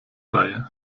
reihe